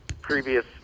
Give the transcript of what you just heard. previous